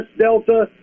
Delta